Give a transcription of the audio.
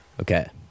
okay